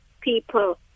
people